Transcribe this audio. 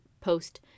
post